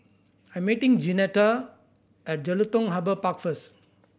I'm meeting Jeanetta at Jelutung Harbour Park first